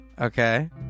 okay